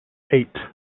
eight